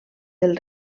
del